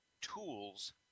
tools